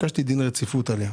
ביקשתי דין רציפות עליה.